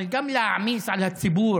אבל גם להעמיס על הציבור